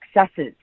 successes